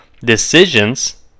decisions